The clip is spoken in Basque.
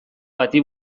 bati